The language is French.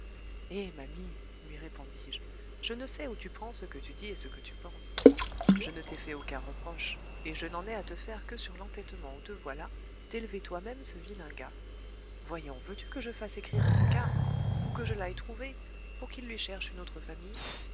eh ma mie lui répondis-je je ne sais où tu prends ce que tu dis et ce que tu penses je ne t'ai fait aucun reproche et je n'en ai à te faire que sur l'entêtement où te voilà d'élever toi-même ce vilain gars voyons veux-tu que je fasse écrire à ce carme ou que je l'aille trouver pour qu'il lui cherche une autre famille